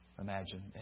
imagine